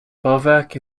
bauwerk